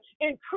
Increase